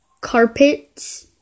carpets